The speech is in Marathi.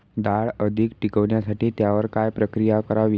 डाळ अधिक टिकवण्यासाठी त्यावर काय प्रक्रिया करावी?